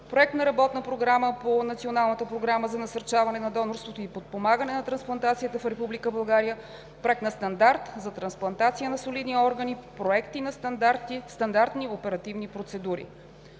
Проект на работна програма по Националната програма за насърчаване на донорството и подпомагане на трансплантацията в Република България, Проект на стандарт за трансплантация на солидни органи, проекти на стандарти, стандартни оперативни процедури.